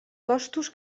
costos